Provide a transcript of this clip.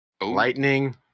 lightning